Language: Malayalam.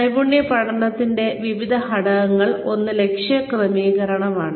നൈപുണ്യ പഠനത്തിന്റെ ചില ഘടകങ്ങൾ ഒന്ന് ലക്ഷ്യ ക്രമീകരണമാണ്